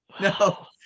No